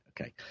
Okay